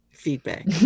feedback